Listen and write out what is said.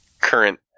current